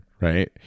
right